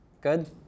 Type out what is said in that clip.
Good